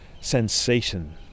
sensation